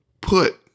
put